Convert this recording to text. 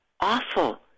awful